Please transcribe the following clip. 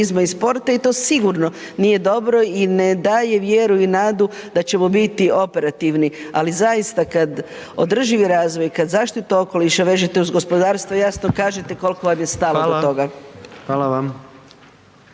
i sporta i to sigurno nije dobro i ne daje vjeru i nadu da ćemo biti operativni. Ali zaista kad održivi razvoj, kad zaštitu okoliša vežete uz gospodarstvo, jasno kažete koliko vam je stalo do toga.